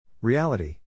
Reality